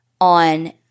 on